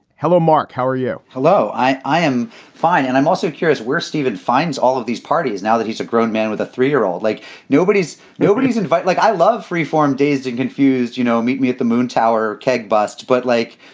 hello, mark. how are you? hello. i am fine. and i'm also curious where steven finds all of these parties now that he's a grown man with a three year old like nobody's nobody's invite. like i love freeform, dazed and confused, you know, meet me at the moon tower keg busts. but like,